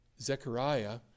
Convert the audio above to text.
Zechariah